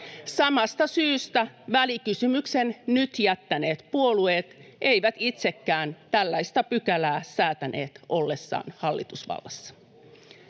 Samasta syystä välikysymyksen nyt jättäneet puolueet eivät itsekään tällaista pykälää säätäneet ollessaan hallitusvallassa.